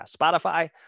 Spotify